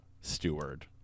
steward